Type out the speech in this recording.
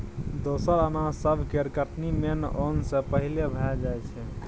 दोसर अनाज सब केर कटनी मेन ओन सँ पहिले भए जाइ छै